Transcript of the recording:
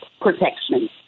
protection